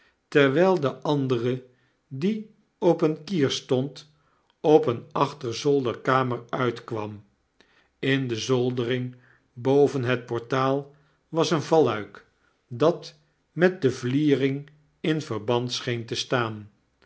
terwgl de andere die op een kier stond op eene achterzolderkamer uitkwam in de zoldering boven het portaal was een valluik dat met de vliering in verband scheen te staan